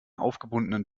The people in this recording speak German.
aufgebundenen